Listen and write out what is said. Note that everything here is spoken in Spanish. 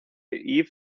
eve